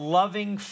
loving